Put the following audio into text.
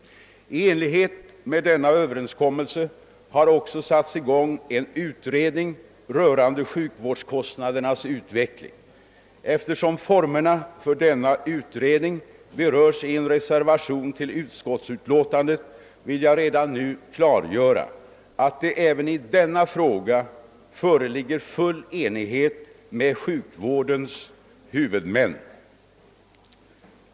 I enlighet med denna överenskommelse har också satts i gång en utredning rörande sjukvårdskostnadernas utveckling. Eftersom formerna för denna utredning berörs i en reservation till utskottsutlåtandet vill jag redan nu klargöra att det även i denna fråga föreligger full enighet med sjukvårdens huvudmän.